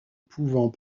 pouvant